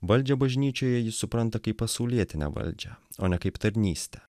valdžią bažnyčioje jis supranta kaip pasaulietinę valdžią o ne kaip tarnystę